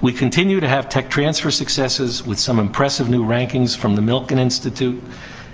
we continue to have tech transfer successes with some impressive new rankings from the milken institute